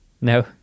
No